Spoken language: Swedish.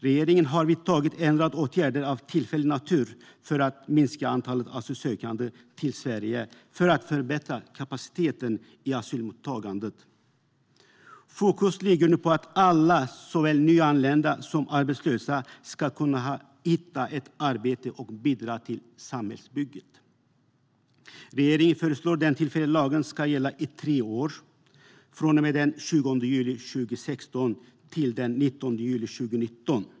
Regeringen har vidtagit en rad åtgärder av tillfällig natur för att minska antalet asylsökande till Sverige och för att förbättra kapaciteten i asylmottagandet. Fokus ligger nu på att alla, såväl nyanlända som arbetslösa, ska kunna hitta ett arbete och bidra till samhällsbygget. Regeringen föreslår att den tillfälliga lagen ska gälla i tre år, från och med den 20 juli 2016 till den 19 juli 2019.